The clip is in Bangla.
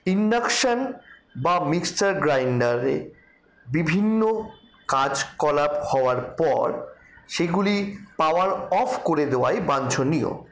ইন্ডাকশন বা মিক্সার গ্রাইন্ডারে বিভিন্ন কাজ কলাপ হওয়ার পর সেগুলির পাওয়ার অফ করে দেওয়াই বাঞ্ছনীয়